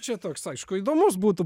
čia toks aišku įdomus būtų